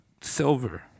silver